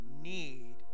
need